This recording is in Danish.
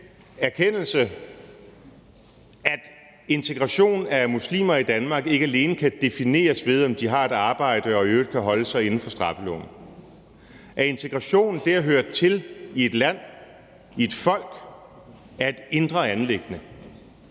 erkendelse, at integration af muslimer i Danmark ikke alene kan defineres ved, om de har et arbejde og i øvrigt kan holde sig inden for straffeloven, at integration, det at høre til i et land, i et folk, er et indre anliggende.